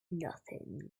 nothing